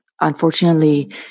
Unfortunately